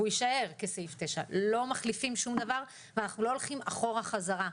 והוא יישאר כסעיף 9. לא מחליפים שום דבר ואנחנו לא הולכים אחורה חזרה.